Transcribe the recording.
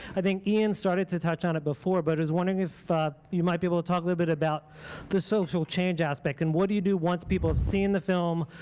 i think ian started to touch on it before, but i was wondering if you might be able to talk a little bit about the social change aspect, and what do you do once people have seen the film,